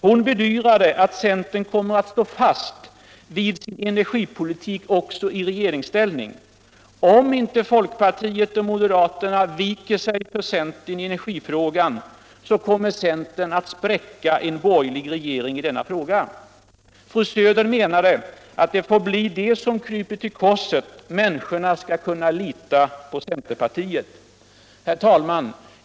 Hon bedyrade att centern kommer att stå fast vid sin energipolitik också i regeringsställning. Om inte folkpartiet och moderaterna viker sig för centern i energifrågan, så kommer centern att spräcka en borgerlig regering på denna fråga. Fru Söder menade att det får bli de som kryper till korset, människorna skall kunna lita på centerpartiet. Herr talman!